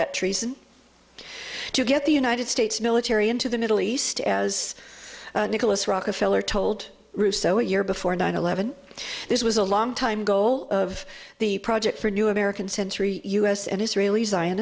that treason to get the united states military into the middle east as nicholas rockefeller told russo a year before nine eleven this was a long time goal of the project for a new american century u s and israeli